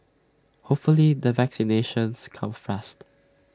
hopefully the vaccinations come fast